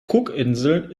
cookinseln